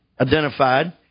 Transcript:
identified